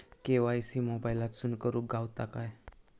KYC मोबाईलातसून करुक गावता काय?